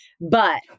But-